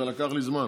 זה לקח לי זמן.